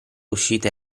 uscite